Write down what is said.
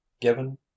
given